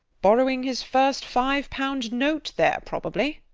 borrowing his first five-pound note there, probably.